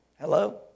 Hello